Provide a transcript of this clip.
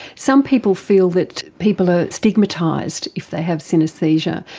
some people feel that people are stigmatised if they have synaesthesia.